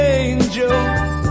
angels